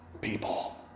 people